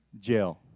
jail